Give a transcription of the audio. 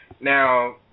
Now